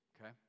okay